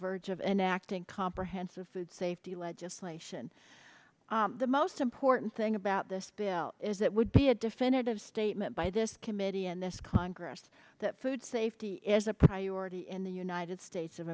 verge of enacting comprehensive food safety legislation the most important thing about this bill is it would be a definitive statement by this committee and this congress that food safety is a priority in the united states of